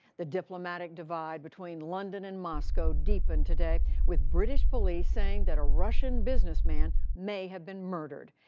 the diplomatic divide between london and moscow deepened today, with british police saying that a russian businessman may have been murdered.